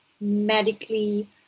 medically